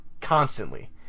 constantly